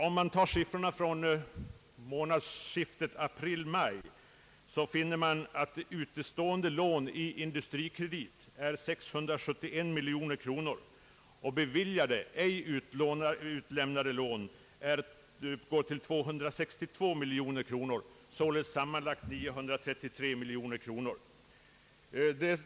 Om man tar siffrorna från månadsskiftet april —maj finner man att utestående lån i Industrikredit uppgår till 671 miljoner kronor och beviljade ej utlämnade lån till 262 miljoner kronor, således sammanlagt 933 miljoner kronor.